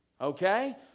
Okay